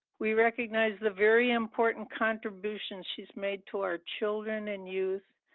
we recognize the very important contributions she's made toward children and youth,